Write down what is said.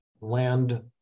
land